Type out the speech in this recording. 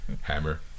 Hammer